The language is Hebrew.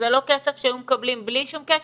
זה לא כסף שהיו מקבלים בלי שום קשר?